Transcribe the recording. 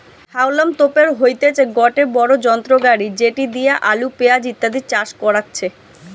হাউলম তোপের হইতেছে গটে বড়ো যন্ত্র গাড়ি যেটি দিয়া আলু, পেঁয়াজ ইত্যাদি চাষ করাচ্ছে